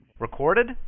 Recorded